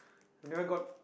you never got